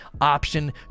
option